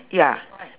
ya